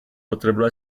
potrebbero